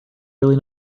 really